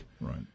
Right